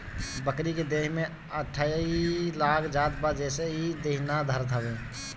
बकरी के देहि में अठइ लाग जात बा जेसे इ देहि ना धरत हवे